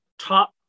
top